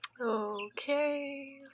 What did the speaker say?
Okay